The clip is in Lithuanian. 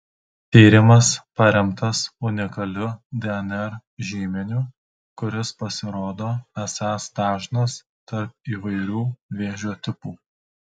tyrimas paremtas unikaliu dnr žymeniu kuris pasirodo esąs dažnas tarp įvairių vėžio tipų